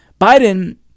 Biden